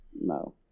no